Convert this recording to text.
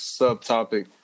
subtopic